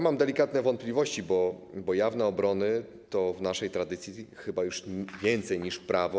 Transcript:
Mam delikatne wątpliwości, bo jawne obrony to w naszej tradycji chyba już więcej niż prawo.